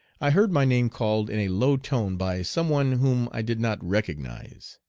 i heard my name called in a low tone by some one whom i did not recognize.